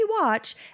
watch